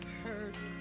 hurt